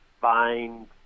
find –